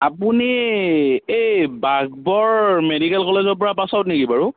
আপুনি এই এই বাঘবৰ মেডিকেল কলেজৰ পৰা পাছ আউট নেকি বাৰু